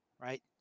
right